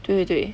对对对